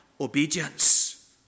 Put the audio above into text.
obedience